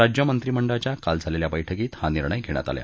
राज्य मंत्रिमंडळाच्या काल झालेल्या बैठकीत हा निर्णय घेण्यात आला